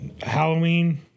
Halloween